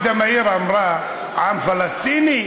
"עם פלסטיני?